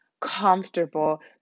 comfortable